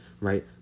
right